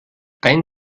ein